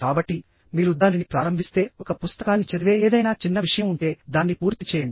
కాబట్టి మీరు దానిని ప్రారంభిస్తే ఒక పుస్తకాన్ని చదివే ఏదైనా చిన్న విషయం ఉంటే దాన్ని పూర్తి చేయండి